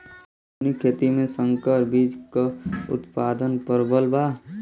आधुनिक खेती में संकर बीज क उतपादन प्रबल बा